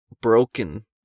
broken